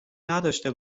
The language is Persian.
نداشته